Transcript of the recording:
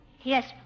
Yes